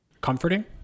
Comforting